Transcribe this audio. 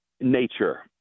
Nature